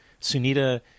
Sunita